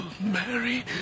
Mary